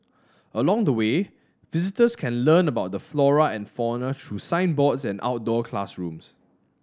along the way visitors can learn about the flora and fauna through signboards and outdoor classrooms